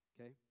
Okay